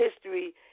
history